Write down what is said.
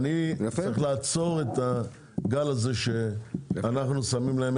צריך לעצור את הגל הזה שאנחנו שמים להם